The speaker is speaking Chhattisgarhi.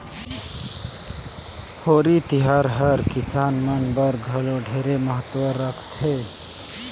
होरी तिहार हर किसान मन बर घलो ढेरे महत्ता रखथे